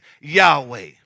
Yahweh